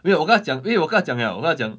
没有我跟她讲因为我跟她讲 liao 我跟她讲